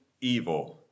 evil